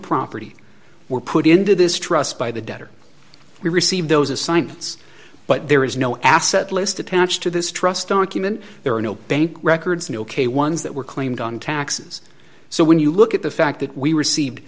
property were put into this trust by the debtor we received those assignments but there is no asset list attached to this trust document there are no bank records no k ones that were claimed on taxes so when you look at the fact that we received